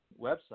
website